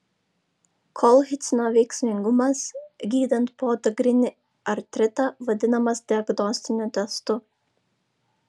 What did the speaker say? kolchicino veiksmingumas gydant podagrinį artritą vadinamas diagnostiniu testu